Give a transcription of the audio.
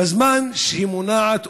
בזמן שהיא מונעת,